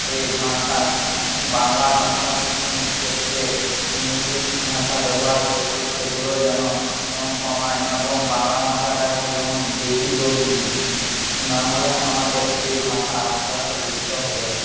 এ ভাষার বাংলা ভাষার ক্ষেত্রে ইংলিশ ভাষা ব্যবহার করছে সেগুলো যেন কমায় এবং বাংলা ভাষাটাকে যেন বেশি জোর দিই না হলে আমাদের এ ভাষা আস্তে আস্তে লুপ্ত হয়ে যাবে